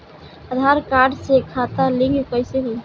आधार card से खाता link कईसे होई?